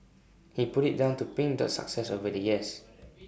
he put IT down to pink Dot's success over the years